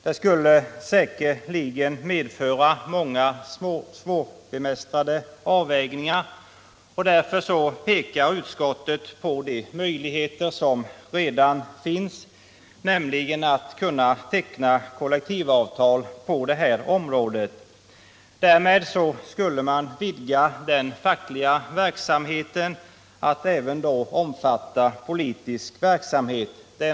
Det skulle säkerligen medföra många svårbemästrade avvägningar, och därför pekar utskottet på de möjligheter som redan finns, nämligen att teckna kollektivavtal. Därmed skulle man vidga den fackliga verksamheten till att även omfatta politisk verksamhet.